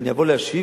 ואני אבוא להשיב,